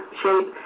shape